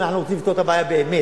אם אנחנו רוצים לפתור את הבעיה באמת.